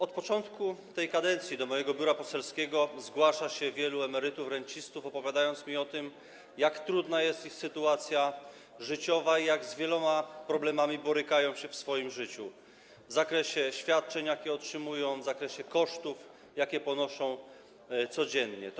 Od początku tej kadencji do mojego biura poselskiego zgłasza się wielu emerytów, rencistów i opowiadają mi o tym, jak trudna jest ich sytuacja życiowa i z jak wieloma problemami borykają się w swoim życiu w zakresie świadczeń, jakie otrzymują, w zakresie kosztów, jakie codziennie ponoszą.